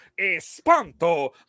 Espanto